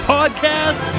Podcast